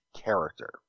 character